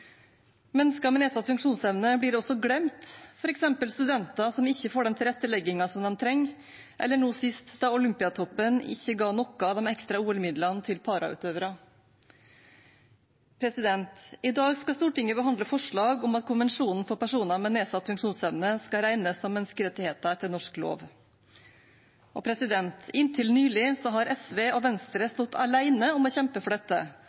Mennesker med nedsatt funksjonsevne blir også glemt, f.eks. studenter som ikke får den tilretteleggingen som de trenger, eller nå sist da Olympiatoppen ikke ga noe av de ekstra OL-midlene til parautøvere. I dag skal Stortinget behandle forslag om at konvensjonen for personer med nedsatt funksjonsevne skal regnes som menneskerettigheter etter norsk lov. Inntil nylig har SV og Venstre stått alene om å kjempe for dette,